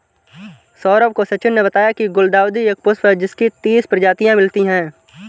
सौरभ को सचिन ने बताया की गुलदाउदी एक पुष्प है जिसकी तीस प्रजातियां मिलती है